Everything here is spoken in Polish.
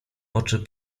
oczy